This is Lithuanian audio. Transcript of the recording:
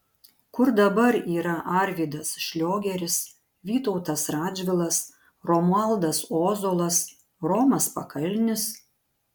kur dabar yra arvydas šliogeris vytautas radžvilas romualdas ozolas romas pakalnis